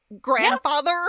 grandfather